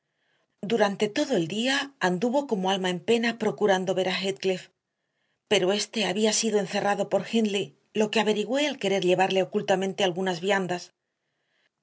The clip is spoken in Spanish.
durante todo el día anduvo como alma en pena procurando ver a heathcliff pero éste había sido encerrado por hindley lo que averigüé al querer llevarle ocultamente algunas viandas